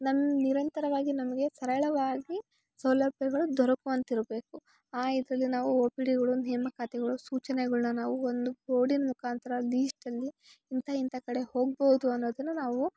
ನಮ್ಮ ನಿರಂತರವಾಗಿ ನಮಗೆ ಸರಳವಾಗಿ ಸೌಲಭ್ಯಗಳು ದೊರಕುವಂತಿರಬೇಕು ಆ ಇದರಲ್ಲಿ ನಾವು ಒ ಪಿ ಡಿಗಳು ನೇಮಕಾತಿಗುಳು ಸೂಚನೆಗಳನ್ನ ನಾವು ಒಂದು ಬೋರ್ಡಿನ ಮುಖಾಂತರ ಲೀಸ್ಟ್ಲ್ಲಿ ಇಂಥ ಇಂಥ ಕಡೆ ಹೋಗ್ಬೋದು ಅನ್ನೋದನ್ನ ನಾವು